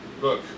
Look